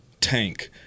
Tank